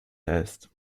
heißt